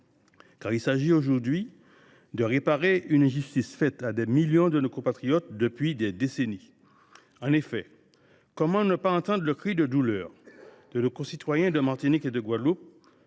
car il s’agit aujourd’hui de réparer une injustice faite à des millions de nos compatriotes depuis des décennies. Comment ne pas entendre le cri de douleur de nos concitoyens de Martinique et de Guadeloupe,